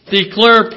declare